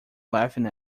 laughing